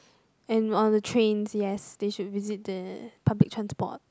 and oh the trains yes they should visit the public transport